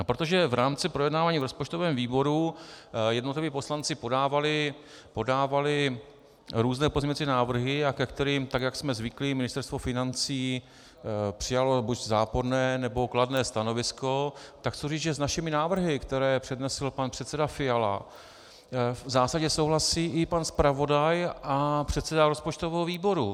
Protože v rámci projednávání v rozpočtovém výboru jednotliví poslanci podávali různé pozměňující návrhy, ke kterým, tak jak jsme zvyklí, Ministerstvo financí přijalo buď záporné, nebo kladné stanovisko, tak chci říct, že s našimi návrhy, které přednesl pan předseda Fiala, v zásadě souhlasí i pan zpravodaj a předseda rozpočtového výboru.